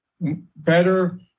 better